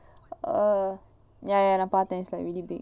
err ya ya நா பாத்தேன்:naa paaththaen